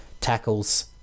Tackles